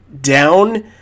down